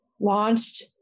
launched